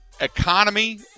economy